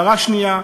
הערה שנייה,